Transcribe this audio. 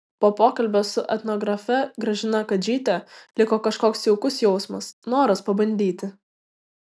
po pokalbio su etnografe gražina kadžyte liko kažkoks jaukus jausmas noras pabandyti